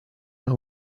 una